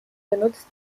benutzt